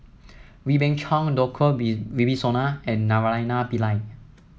Wee Beng Chong Djoko Wibisono and Naraina Pillai